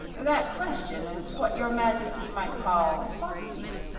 that question is what your majesty might call foxy,